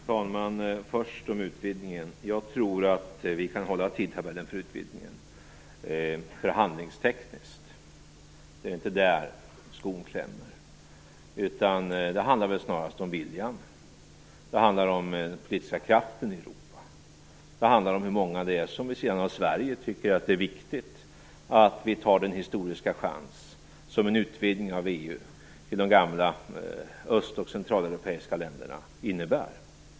Fru talman! Först till frågan om utvidgningen. Jag tror att vi kan hålla tidtabellen för utvidningen förhandlingstekniskt. Det är inte där skon klämmer. Det handlar snarast om viljan och den politiska kraften i Europa. Det handlar om hur många som vid sidan av Sverige tycker att det är viktigt att vi tar den historiska chans som en utvidgning av EU med de gamla Östoch Centraleuropeiska länderna innebär.